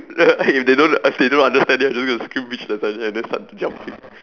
ya like if they don't if they don't understand then we'll just gonna scream bitch lasagna then start jumping